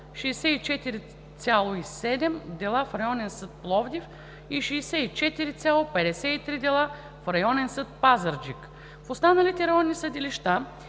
64,7 дела в Районен съд – Пловдив, и 64,53 дела в Районен съд – Пазарджик. В останалите районни съдилища,